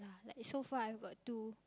like so far I've got two